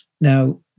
now